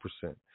percent